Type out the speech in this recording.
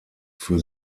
für